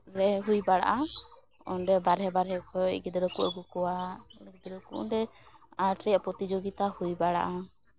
ᱨᱮ ᱦᱩᱭ ᱵᱟᱲᱟᱜᱼᱟ ᱚᱸᱰᱮ ᱵᱟᱦᱨᱮ ᱵᱟᱦᱨᱮ ᱠᱷᱚᱡ ᱜᱤᱫᱽᱨᱟᱹ ᱠᱚ ᱟᱹᱜᱩ ᱠᱚᱣᱟ ᱜᱤᱫᱽᱨᱟᱹ ᱠᱚ ᱚᱸᱰᱮ ᱟᱨᱴ ᱨᱮᱭᱟᱜ ᱯᱨᱚᱛᱤ ᱡᱳᱜᱤᱛᱟ ᱦᱩᱭ ᱵᱟᱲᱟᱜᱼᱟ